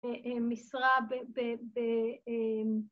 ‫אה.. אה.. משרה ב.. ב.. ב.. אמ..